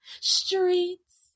streets